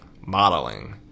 modeling